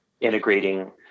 integrating